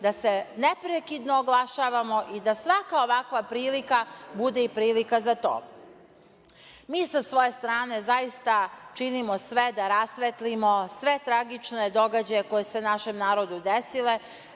da se neprekidno oglašavamo i da svaka ovakva prilika bude i prilika za to. Mi sa svoje strane zaista činimo sve da rasvetlimo sve tragične događaje koji su se sa našim narodom desili